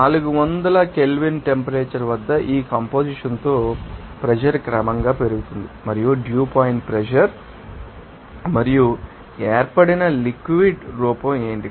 400 kelvin temperature వద్ద ఈ composition తో ప్రెషర్ క్రమంగా పెరుగుతుంది మరియు డ్యూ పాయింట్ ప్రెషర్ మరియు ఏర్పడిన లిక్విడ్ రూపం ఏమిటి